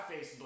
Facebook